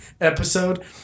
episode